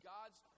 God's